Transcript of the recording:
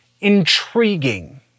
intriguing